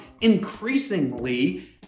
increasingly